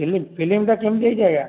film ଫିଲ୍ମଟା କେମିତି ହେଇଛି ଆଜ୍ଞା